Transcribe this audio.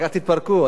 רק אל תתפרקו.